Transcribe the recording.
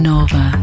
Nova